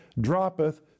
droppeth